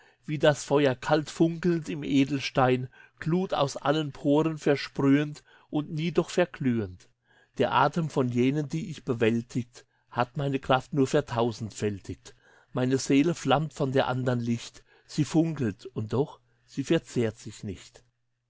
wie das feuer kaltfunkelnd im edelstein glut aus allen poren versprühend und nie doch verglühend der atem von jenen die ich bewältigt hat meine kraft nur vertausendfältigt meine seele flammt von der andern licht sie funkelt und doch sie verzehrt sich nicht